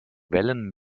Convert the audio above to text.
wellen